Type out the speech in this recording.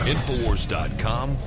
Infowars.com